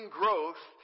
growth